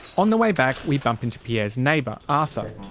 on the way back we bump into pierre's neighbour arthur.